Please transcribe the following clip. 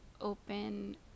open